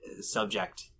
subject